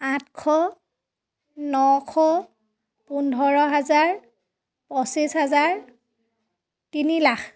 আঁঠশ নশ পোন্ধৰ হাজাৰ পঁচিছ হাজাৰ তিনি লাখ